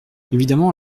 évidemment